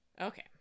Okay